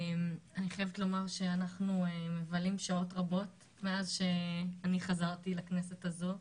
אני חייבת לומר שאנחנו מבלים שעות רבות מאז שאני חזרתי לכנסת הזו,